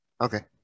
Okay